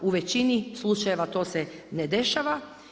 U većini slučajeva to se ne dešava.